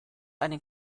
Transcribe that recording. einen